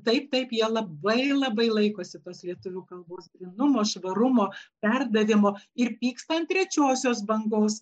taip taip jie labai labai laikosi tos lietuvių kalbos grynumo švarumo perdavimo ir pyksta ant trečiosios bangos